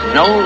no